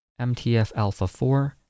MTF-alpha-4